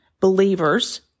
believers